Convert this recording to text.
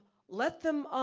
let them,